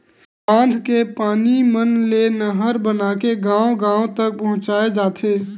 बांधा के पानी मन ले नहर बनाके गाँव गाँव तक पहुचाए जाथे